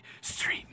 Street